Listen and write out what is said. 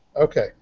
Okay